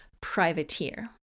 privateer